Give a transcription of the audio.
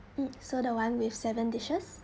mm so the one with seven dishes